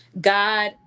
God